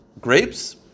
Grapes